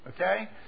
Okay